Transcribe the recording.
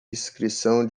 inscrição